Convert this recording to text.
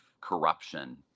corruption